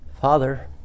Father